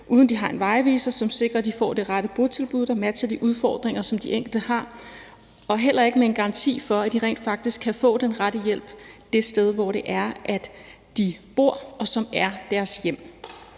ikke nogen vejviser, som sikrer, at de får det rette botilbud, der matcher de udfordringer, som de enkelte har, og der er heller ikke garanti for, at de rent faktisk kan få den rette hjælp det sted, hvor de bor, og som er deres hjem.